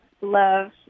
Love